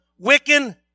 Wiccan